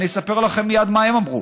אני אספר לכם מייד מה הם אמרו.